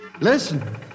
Listen